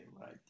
right